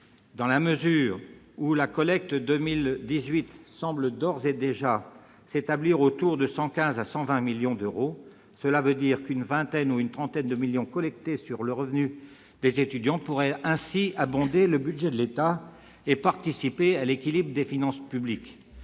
Dans la mesure où la collecte de 2018 semble d'ores et déjà s'établir autour de 115 à 120 millions d'euros, une vingtaine ou une trentaine de millions d'euros collectés sur le revenu des étudiants pourraient ainsi abonder le budget de l'État et participer à l'équilibre des finances publiques.